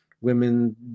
women